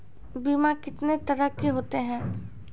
बीमा कितने तरह के होते हैं?